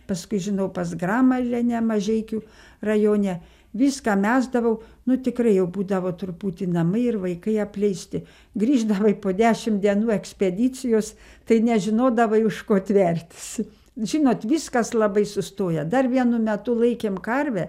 paskui žinau pas gramalienę mažeikių rajone viską mesdavau nu tikrai jau būdavo truputį namai ir vaikai apleisti grįždavai po dešim dienų ekspedicijos tai nežinodavai už ko tvertis žinot viskas labai sustoja dar vienu metu laikėm karvę